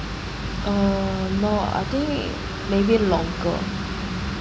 uh no I think maybe longer